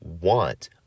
want